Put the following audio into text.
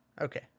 Okay